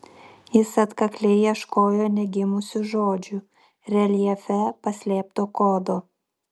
jis atkakliai ieškojo negimusių žodžių reljefe paslėpto kodo